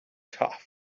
tough